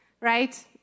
right